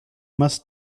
must